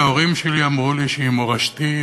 שההורים שלי אמרו לי שהיא מורשתי,